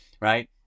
right